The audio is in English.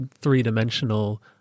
three-dimensional